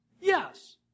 Yes